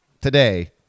today